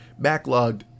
backlogged